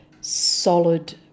solid